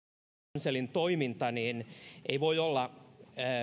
hanselin toiminta niin ei voi olla